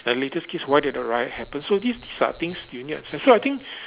and latest case why did the riot happen so these these are things you need access so I think